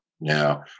Now